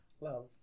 Love